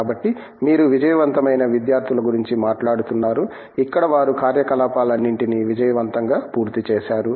కాబట్టి మీరు విజయవంతమైన విద్యార్థుల గురించి మాట్లాడుతున్నారు ఇక్కడ వారు కార్యకలాపాలన్నింటినీ విజయవంతంగా పూర్తిచేశారు